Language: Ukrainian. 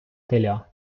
теля